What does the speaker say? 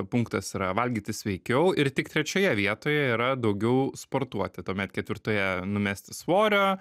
punktas yra valgyti sveikiau ir tik trečioje vietoje yra daugiau sportuoti tuomet ketvirtoje numesti svorio